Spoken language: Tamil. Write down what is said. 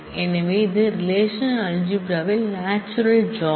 எனவே இது ரெலேஷனல்அல்ஜிப்ரா ல் நாச்சுரல் ஜாயின்